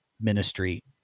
ministry